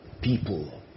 people